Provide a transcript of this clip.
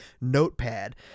notepad